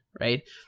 right